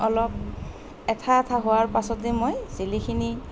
অলপ আঠা আঠা হোৱাৰ পাছতে মই জেলিখিনি